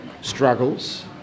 struggles